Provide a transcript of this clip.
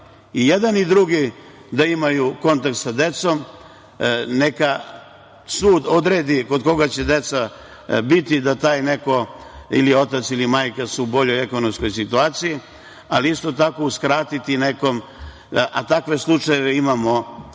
i jedan i drugi da imaju kontakt sa decom, neka sud odredi kod koga će deca biti, da taj neko ili otac ili majka su boljoj ekonomskoj situaciji, ali isto tako uskratiti nekom, a takvih slučajeva imamo dosta